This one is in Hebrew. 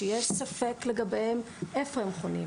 שיש ספק לגביהם איפה הם חונים,